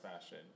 fashion